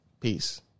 Peace